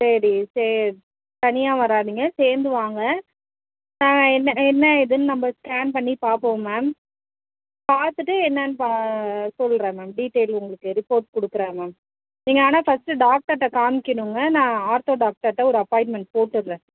சரி சரி தனியாக வராதிங்க சேர்ந்து வாங்க என்ன என்ன ஏதுன்னு நம்ம ஸ்கேன் பண்ணி பார்ப்போம் மேம் பார்த்துட்டு என்னன்னு சொல்கிறேன் மேம் டீட்டைல் உங்களுக்கு ரிப்போட்ஸ் கொடுக்குறேன் மேம் நீங்கள் ஆனால் ஃபஸ்ட்டு டாக்டர்கிட்ட காமிக்கிணுங்க நான் ஆர்த்தோ டாக்டர்கிட்ட ஒரு அப்பாய்ன்மெண்ட் போட்டுவிட்றேன்